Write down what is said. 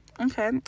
Okay